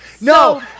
No